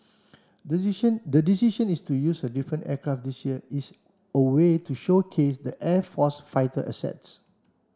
the the decision to use a different aircraft this year is a way to showcase the air force's fighter assets